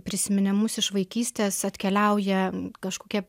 prisiminimus iš vaikystės atkeliauja kažkokie